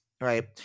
right